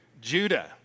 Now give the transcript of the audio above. Judah